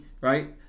right